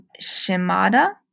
Shimada